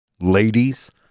Ladies